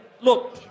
look